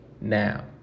now